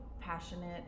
passionate